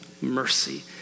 mercy